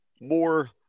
more